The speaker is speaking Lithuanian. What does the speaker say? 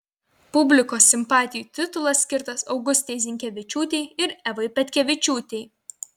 publikos simpatijų titulas skirtas augustei zinkevičiūtei ir evai petkevičiūtei